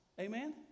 Amen